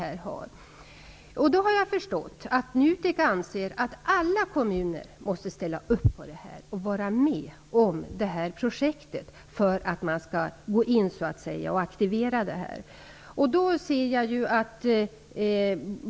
Jag har förstått att Nutek anser att alla kommuner måste ställa upp på detta och vara med om projektet för att man skall aktivera det.